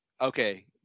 Okay